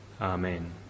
Amen